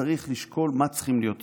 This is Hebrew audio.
צריך לשקול מה צריכים להיות תנאיה.